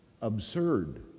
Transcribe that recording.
absurd